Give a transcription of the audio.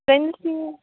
friends